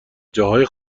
جاهای